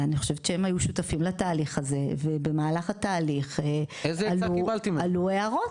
אני חושבת שהם היו שותפים לתהליך הזה ובמהלך התהליך עלו הערות.